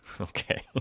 Okay